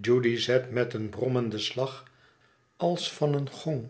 judy zet met een brommenden slag als van een gong